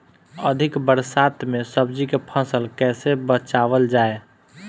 अधिक बरसात में सब्जी के फसल कैसे बचावल जाय?